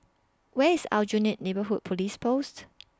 Where IS Aljunied Neighbourhood Police Post